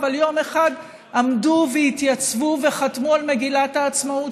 יום אחד עמדו והתייצבו וחתמו על מגילת העצמאות,